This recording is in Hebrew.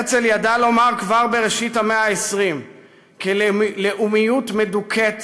הרצל ידע לומר כבר בראשית המאה ה-20 כי לאומיות מדוכאת,